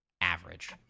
average